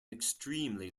extremely